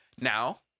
Now